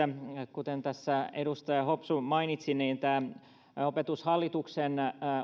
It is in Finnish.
kuten tässä edustaja hopsu mainitsi niin tämä opetushallituksen